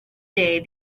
day